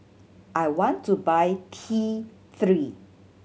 I want to buy T Three